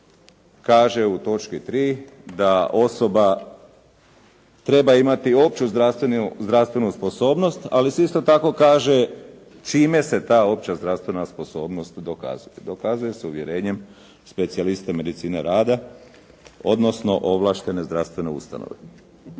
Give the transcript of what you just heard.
kaže u točki 3. da osoba treba imati opću zdravstvenu sposobnost, ali se isto tako kaže s čime se ta opća zdravstvena sposobnost dokazuje. Dokazuje se uvjerenjem specijaliste medicine rada, odnosno ovlaštene zdravstvene ustanove.